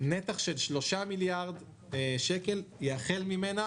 נתח של 3 מיליארד שקל יאכל ממנה